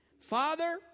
Father